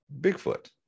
Bigfoot